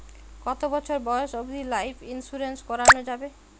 কতো বছর বয়স অব্দি লাইফ ইন্সুরেন্স করানো যাবে?